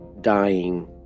dying